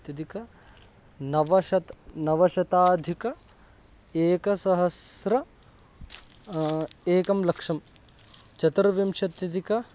अधिकनवशतं नवशताधिकम् एकसहस्रम् एकं लक्षं चतुर्विंशत्यधिकं